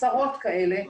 עשרות כאלה,